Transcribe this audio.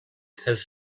has